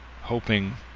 hoping